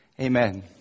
Amen